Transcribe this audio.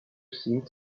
seemed